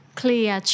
clear